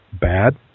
bad